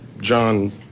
John